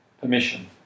permission